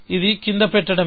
ఇది కింద పెట్టడమే